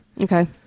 Okay